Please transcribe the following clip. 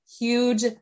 huge